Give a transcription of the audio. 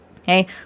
Okay